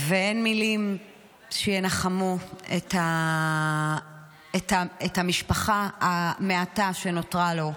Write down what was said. ואין מילים שינחמו את המשפחה המעטה שנותרה לו,